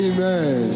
Amen